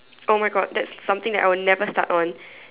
oh my God that's something that I'll never start on